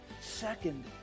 Second